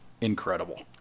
incredible